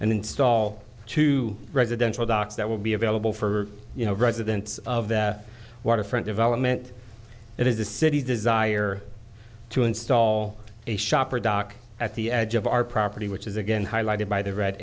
install two residential docks that will be available for you know residents of that waterfront development it is the city's desire to install a shop or dock at the edge of our property which is again highlighted by the red